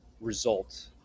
result